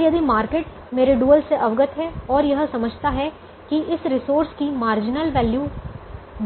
और यदि मार्केट मेरे डुअल से अवगत है और यह समझता है कि इस रिसोर्स की मार्जिनल वैल्यू